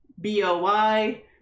B-O-Y